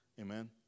Amen